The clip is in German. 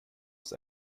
ist